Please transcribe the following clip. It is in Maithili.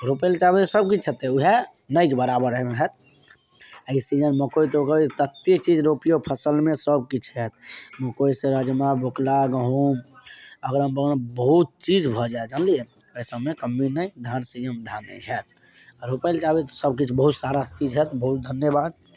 रोपय लेल चाहबै तऽ सब चीज हेतै उएह नहि दुबारा एहिबेर एहिमे होयत आ ई सीजन मकइ तकइ तत्ते चीज रोपियौ फसलमे सब किछु होयत मकइ से राजमा बोकला गहूॅंम अगड़म बगड़म बहुत चीज भऽ जायत जनलियै एहि सबमे कम्मी नहि धान पीएम धान नहि हएत रोपयलए चाहबय तऽ सबकिछ बहुत सारा चीज हएत बहुत धन्यबाद